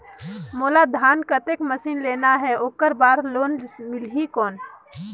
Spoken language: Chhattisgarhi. मोला धान कतेक मशीन लेना हे ओकर बार लोन मिलही कौन?